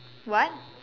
what